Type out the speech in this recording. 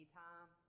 time